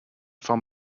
from